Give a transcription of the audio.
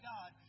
God